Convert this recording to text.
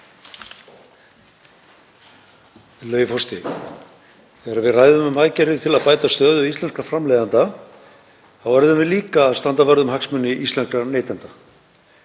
forseti. Þegar við ræðum um aðgerðir til að bæta stöðu íslenskra framleiðenda þá verðum við líka að standa vörð um hagsmuni íslenskra neytenda.